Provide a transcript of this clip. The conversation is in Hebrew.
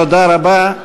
תודה רבה.